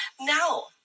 now